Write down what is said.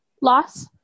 loss